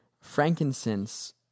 frankincense